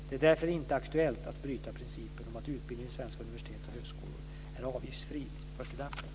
Det är därför inte aktuellt att bryta principen om att utbildning vid svenska universitet och högskolor är avgiftsfri för studenterna.